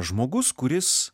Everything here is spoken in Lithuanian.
žmogus kuris